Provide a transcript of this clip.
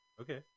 Okay